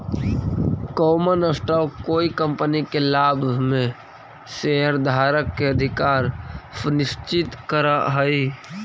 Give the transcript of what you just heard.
common stock कोई company के लाभ में शेयरधारक के अधिकार सुनिश्चित करऽ हई